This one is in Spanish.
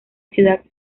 ciudad